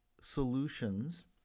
solutions